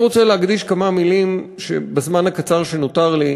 אני רוצה להקדיש כמה מילים בזמן הקצר שנותר לי